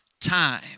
time